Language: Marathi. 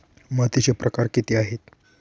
मातीचे प्रकार किती आहेत?